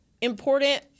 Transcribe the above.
Important